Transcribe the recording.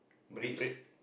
bridge